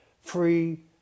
free